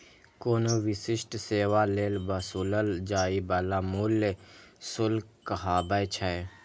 कोनो विशिष्ट सेवा लेल वसूलल जाइ बला मूल्य शुल्क कहाबै छै